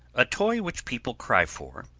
a toy which people cry for,